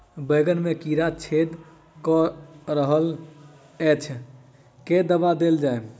बैंगन मे कीड़ा छेद कऽ रहल एछ केँ दवा देल जाएँ?